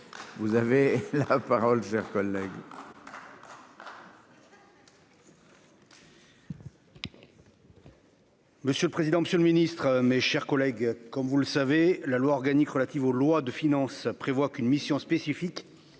vous avez la parole un collègue. Monsieur le président, Monsieur le Ministre, mes chers collègues, comme vous le savez la loi organique relative aux lois de finances prévoit qu'une mission spécifique